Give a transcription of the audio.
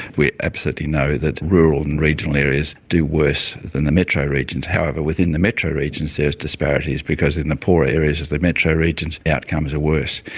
we absolutely know that rural and regional areas do worse than the metro regions. however, within the metro regions there is disparities because in the poorer areas of the metro regions, outcomes are worse.